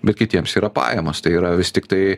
bet kitiems yra pajamos tai yra vis tiktai